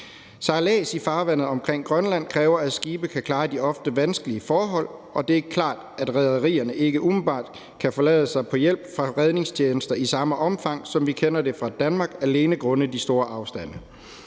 Sejlads i farvandet omkring Grønland kræver, at skibe kan klare de ofte vanskelige forhold, og det er klart, at rederierne ikke umiddelbart kan forlade sig på hjælp fra redningstjenester i samme omfang, som vi kender det fra Danmark, alene grundet de store afstande.